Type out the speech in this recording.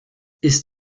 ist